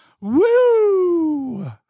Woo